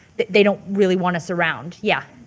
they don't really want us around. yeah.